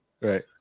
Right